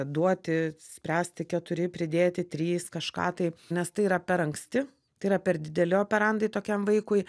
duoti spręsti keturi pridėti trys kažką taip nes tai yra per anksti tai yra per dideli operandai tokiam vaikui